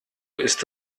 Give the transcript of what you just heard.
ist